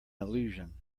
illusion